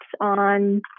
on